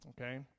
Okay